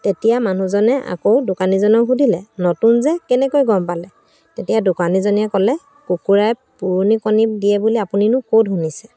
তেতিয়া মানুহজনে আকৌ দোকানীজনক সুধিলে নতুন যে কেনেকৈ গম পালে তেতিয়া দোকানীজনীয়ে ক'লে কুকুৰাই পুৰণি কণী দিয়ে বুলি আপুনিনো ক'ত শুনিছে